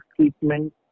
treatment